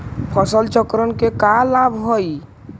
फसल चक्रण के का लाभ हई?